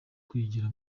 kwigira